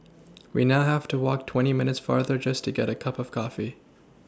we now have to walk twenty minutes farther just to get a cup of coffee